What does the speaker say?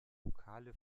vokale